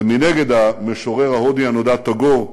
ומנגד, המשורר ההודי הנודע טאגור,